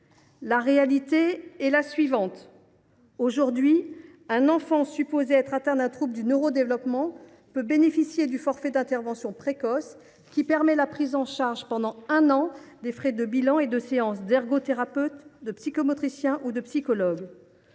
est la suivante : un enfant dont on suppose qu’il est atteint d’un trouble du neurodéveloppement peut bénéficier du forfait d’intervention précoce, qui permet la prise en charge, pendant un an, des frais de bilans et des séances d’ergothérapeute, de psychomotricien ou de psychologue.